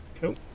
Cool